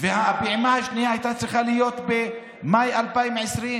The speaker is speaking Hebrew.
והפעימה השנייה הייתה צריכה להיות במאי 2020,